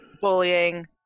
bullying